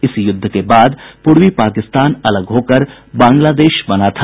इस युद्ध के बाद पूर्वी पाकिस्तान अलग होकर बांग्लादेश बना था